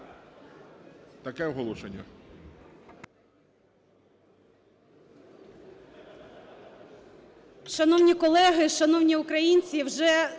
Таке оголошення.